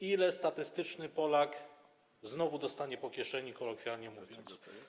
Ile statystyczny Polak znowu dostanie po kieszeni, kolokwialnie mówiąc?